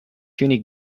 unique